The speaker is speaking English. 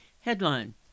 Headline